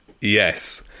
Yes